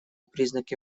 признаки